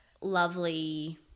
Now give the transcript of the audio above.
lovely